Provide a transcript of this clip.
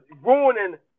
ruining